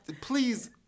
please